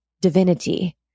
divinity